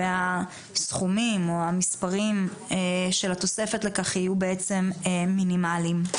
והסכומים או המספרים של התוספת לכך יהיו בעצם מנמליים.